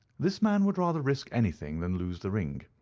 this man would rather risk anything than lose the ring.